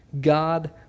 God